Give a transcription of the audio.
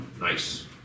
nice